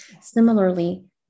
Similarly